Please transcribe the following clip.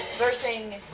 versing.